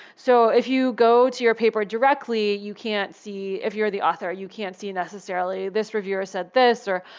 so if you go to your paper directly, you can't see if you're the author. you can't see necessarily, this reviewer said this, or,